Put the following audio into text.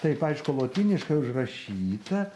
taip aišku lotyniškai užrašyta